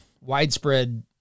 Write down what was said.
widespread